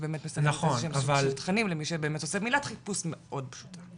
נכון, אבל תכנים --- מילת חיפוש מאוד פשוטה.